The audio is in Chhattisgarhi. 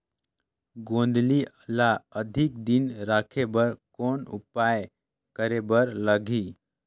गोंदली ल अधिक दिन राखे बर कौन उपाय करे बर लगही?